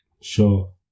Sure